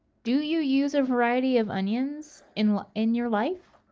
do you use a variety of onions in in your life?